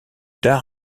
tard